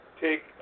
take